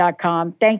Thank